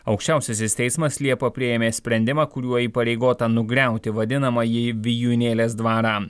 aukščiausiasis teismas liepą priėmė sprendimą kuriuo įpareigota nugriauti vadinamąjį vijūnėlės dvarą